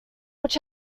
which